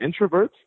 introverts